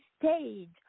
stage